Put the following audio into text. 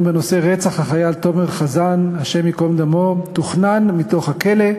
בנושא: רצח החייל תומר חזן הי"ד תוכנן מתוך הכלא,